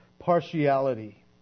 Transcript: partiality